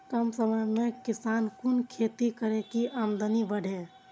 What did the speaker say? कम समय में किसान कुन खैती करै की आमदनी बढ़े?